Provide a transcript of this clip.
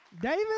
David